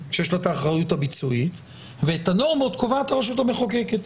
שיש לה את האחריות הביצועית ואת הנורמות קובעת הרשות המחוקקת.